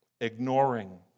ignoring